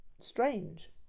strange